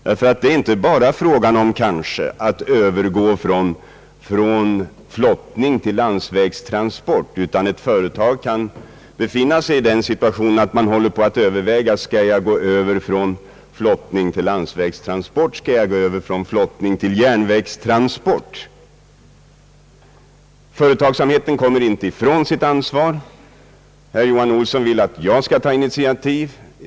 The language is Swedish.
Det är kanske inte bara frågan om att övergå från flottning till landsvägstransport. Ett företag kan befinna sig i den situationen att man överväger om man skall gå över från flottning till landsvägstransport eller från flottning till järnvägstransport. Företagsamheten kommer inte ifrån sitt ansvar. Herr Johan Olsson vill att jag skall ta initiativ.